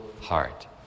heart